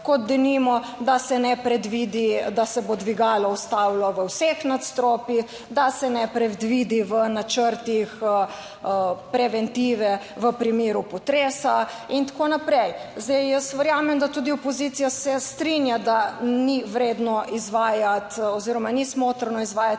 kot denimo, da se ne predvidi, da se bo dvigalo ustavilo v vseh nadstropjih, da se ne predvidi v načrtih preventive v primeru potresa in tako naprej. Zdaj, jaz verjamem, da tudi opozicija se strinja, da ni vredno izvajati oziroma ni smotrno izvajati